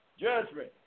judgment